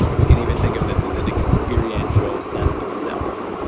we can even think of this as an experiential sense of self.